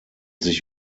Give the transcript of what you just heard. sich